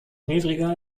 niedriger